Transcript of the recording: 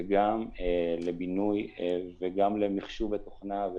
גם לבינוי, גם למחשוב ותוכנה.